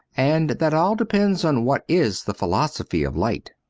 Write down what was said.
and that all depends on what is the philosophy of light.